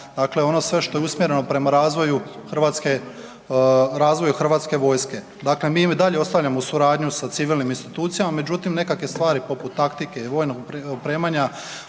Dakle, ono sve što je usmjereno prema razvoju Hrvatske, razvoju Hrvatske vojske. Dakle mi i dalje ostavljamo suradnju sa civilnim institucijama, međutim nekakve stvari poput taktike i vojnog opremanja,